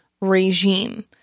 regime